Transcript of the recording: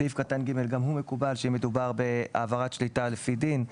סעיף קטן (ג) גם הוא מקובל שמדובר בהעברת שליטה לפי דין.